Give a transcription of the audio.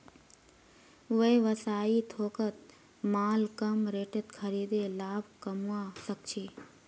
व्यवसायी थोकत माल कम रेटत खरीदे लाभ कमवा सक छी